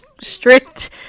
strict